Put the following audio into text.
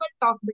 talk